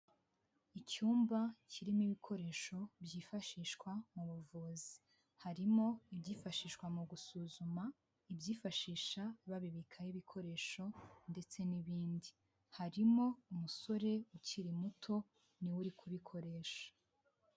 Icyumba kirimo ibikoresho byifashishwa mu buvuzi, harimo ibyifashishwa mu gusuzuma, ibyifashisha babibikaho ibikoresho ndetse n'ibindi, harimo umusore ukiri muto ni we uri kubikoresha.